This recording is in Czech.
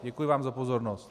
Děkuji vám za pozornost.